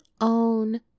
own